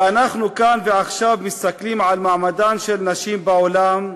ואנחנו כאן ועכשיו מסתכלים על מעמדן של נשים בעולם,